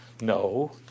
no